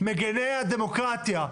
מגני הדמוקרטיה,